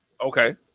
okay